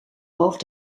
boven